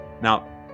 Now